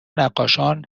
نقاشان